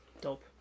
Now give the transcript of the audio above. Dope